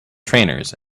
trainers